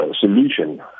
solution